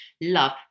love